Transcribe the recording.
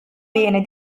bene